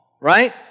Right